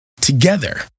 together